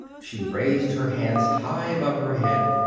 she raised her hands high above her head,